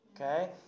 okay